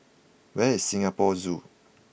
where is Singapore Zoo